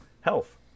health